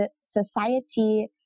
society